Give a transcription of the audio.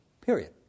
Period